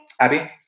Abby